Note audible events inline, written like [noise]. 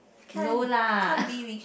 no lah [noise]